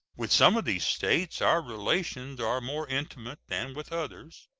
with some of these states our relations are more intimate than with others,